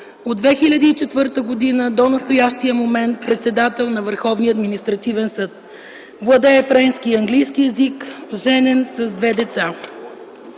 От 2004 г. до настоящия момент е председател на Върховния административен съд. Владее френски и английски език. Женен с две деца.